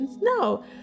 No